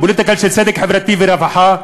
פוליטיקה של צדק חברתי ורווחה,